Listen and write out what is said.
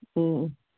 ꯎꯝ ꯎꯝ